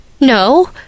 No